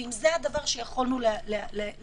ואם זה הדבר שיכולנו להשיג,